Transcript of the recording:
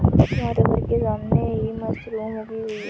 हमारे घर के सामने ही मशरूम उगी हुई है